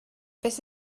beth